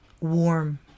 warm